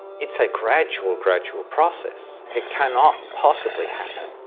it's a gradual gradual process, it cannot possible happen,